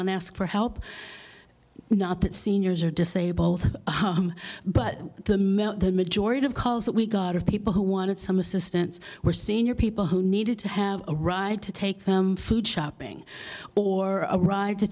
and ask for help not that seniors are disabled but the mail the majority of calls that we got of people who wanted some assistance were senior people who needed to have a ride to take them food shopping or arrive to